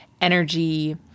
energy